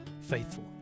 faithful